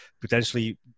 potentially